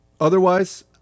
Otherwise